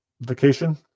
vacation